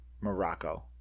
Morocco